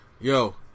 Yo